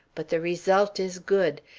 but the result is good.